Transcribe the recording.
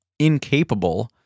incapable